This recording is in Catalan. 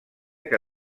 que